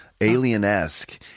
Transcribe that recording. alien-esque